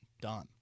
done